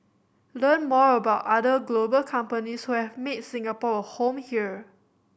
learn more about other global companies who have made Singapore a home here